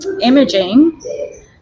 imaging